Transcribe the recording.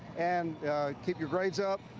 and keep your grades up,